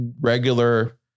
regular